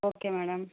okay madam